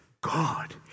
God